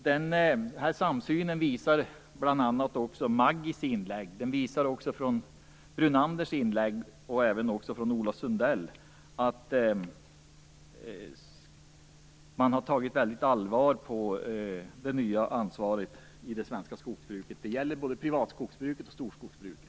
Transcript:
Den här samsynen kom till uttryck i bl.a. Maggi Mikaelssons inlägg, Brunanders inlägg och inlägget av Ola Sundell. Dessa inlägg visade på att man har tagit det nya ansvaret på väldigt stort allvar inom det svenska skogsbruket, både det privata skogsbruket och storskogsbruket.